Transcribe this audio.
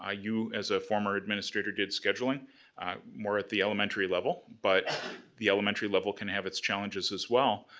ah you, as a former administrator did scheduling more at the elementary level, but the elementary level can have it's challenges as well.